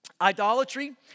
Idolatry